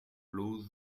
blows